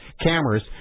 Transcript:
cameras